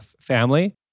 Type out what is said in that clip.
family